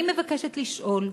אני מבקשת לשאול: